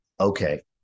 okay